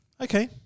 Okay